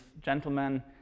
gentlemen